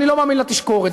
אני לא מאמין לתשקורת,